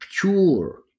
pure